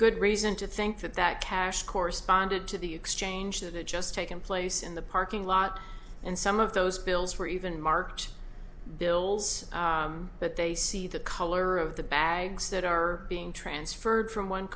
good reason to think that that cash corresponded to the exchange that had just taken place in the parking lot and some of those bills were even marked bills but they see the color of the bags that are being transferred from one